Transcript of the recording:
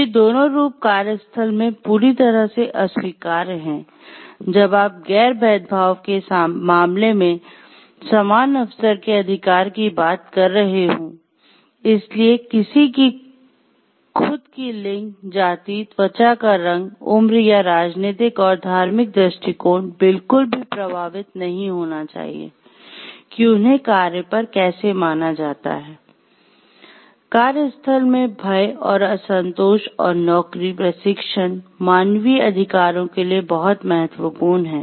ये दोनों रूप कार्यस्थल में पूरी तरह से अस्वीकार्य हैं जब आप गैर भेदभाव के मामले में समान अवसर के अधिकार की बात कर रहे हों इसलिए किसी की खुद की लिंग जाति त्वचा का रंग उम्र या राजनीतिक और धार्मिक दृष्टिकोण बिल्कुल भी प्रभावित नहीं होना चाहिए कि उन्हें कार्य पर कैसा माना जाता है कार्यस्थल में भय और असंतोष और नौकरी प्रशिक्षण मानवीय अधिकारों के लिए बहुत महत्वपूर्ण हैं